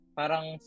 parang